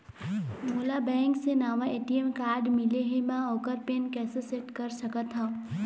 मोला बैंक से नावा ए.टी.एम कारड मिले हे, म ओकर पिन कैसे सेट कर सकत हव?